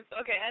Okay